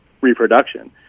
reproduction